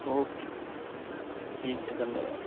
okay ठीक है धन्यवाद